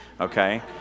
Okay